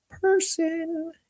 person